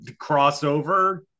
crossover